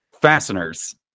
fasteners